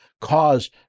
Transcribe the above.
cause